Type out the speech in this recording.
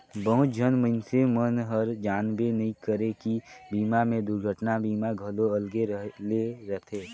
बहुत झन मइनसे मन हर जानबे नइ करे की बीमा मे दुरघटना बीमा घलो अलगे ले रथे